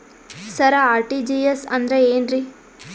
ಸರ RTGS ಅಂದ್ರ ಏನ್ರೀ?